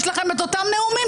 יש לכם את אותם נאומים.